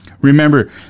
Remember